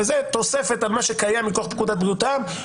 וזה תוספת על מה שקיים מכוח בריאות העם,